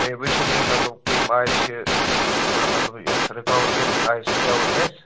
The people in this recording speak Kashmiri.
بیٚیہِ وٕچھو تُہۍ مطلب کَمہِ آیہِ چھِ تھوڑا مطلب یَتھ رُکاوَٹ کمہِ آیہِ سجاوَٹ گَژھِ